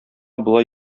болай